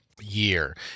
year